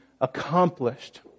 accomplished